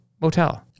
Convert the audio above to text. motel